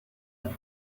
kuri